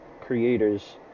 creators